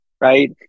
right